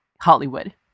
hollywood